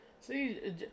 See